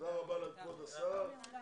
תודה רבה, כבוד השר.